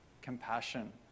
compassion